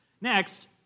Next